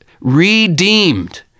redeemed